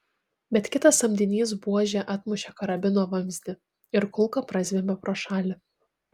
bet kitas samdinys buože atmušė karabino vamzdį ir kulka prazvimbė pro šalį